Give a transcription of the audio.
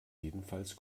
jedenfalls